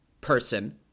person